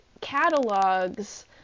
catalogs